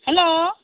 hello